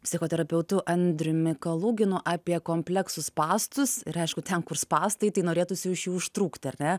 psichoterapeutu andriumi kaluginu apie kompleksų spąstus ir aišku ten kur spąstai tai norėtųsi iš jų ištrūkti ar ne